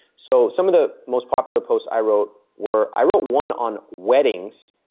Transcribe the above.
so, some of the most popular posts i wrote were i wrote one on weddings,